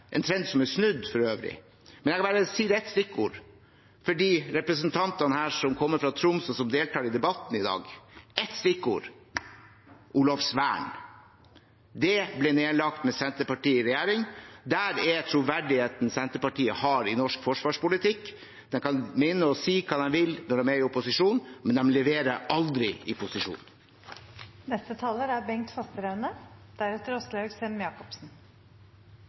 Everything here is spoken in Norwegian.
en trend som for øvrig er snudd. Jeg vil bare si ett stikkord til de representantene her som kommer fra Troms, og som deltar i debatten i dag: Olavsvern. Det ble nedlagt med Senterpartiet i regjering. Der er troverdigheten Senterpartiet har i norsk forsvarspolitikk. De kan mene og si hva de vil når de er i opposisjon, men de leverer aldri i posisjon. Senterpartiet er